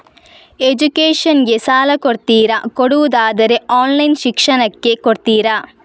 Education ಗೆ ಸಾಲ ಕೊಡ್ತೀರಾ, ಕೊಡುವುದಾದರೆ ಆನ್ಲೈನ್ ಶಿಕ್ಷಣಕ್ಕೆ ಕೊಡ್ತೀರಾ?